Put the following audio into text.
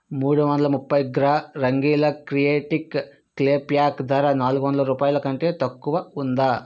మూడు వందల ముఫై gram Rangeela creative clay pack ధర నాలుగు వందల రూపాయలకంటే తక్కువ ఉందా